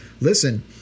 listen